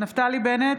נפתלי בנט,